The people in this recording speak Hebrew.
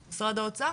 כן, בבקשה.